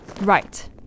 Right